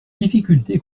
difficultés